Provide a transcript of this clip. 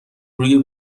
روی